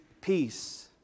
peace